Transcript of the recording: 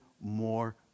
more